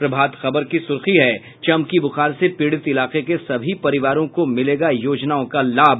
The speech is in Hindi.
प्रभात खबर की सुर्खी है चमकी बुखार से पीड़ित इलाके के सभी परिवारों को मिलेगा योजनाओं का लाभ